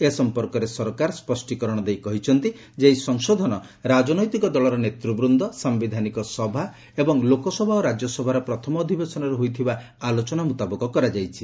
ଏ ସମ୍ପର୍କରେ ସରକାର ସ୍ୱଷ୍ଟିକରଣ ଦେଇ କହିଛନ୍ତି ଯେ ଏହି ସଂଶୋଧନ ରାଜନୈତିକ ଦଳର ନେତୃବୁନ୍ଦ ସାୟିଧାନିକ ସଭା ଏବଂ ଲୋକସଭା ଓ ରାଜ୍ୟସଭାର ପ୍ରଥମ ଅଧିବେଶନରେ ହୋଇଥିବା ଆଲୋଚନା ମୁତାବକ କରାଯାଇଛି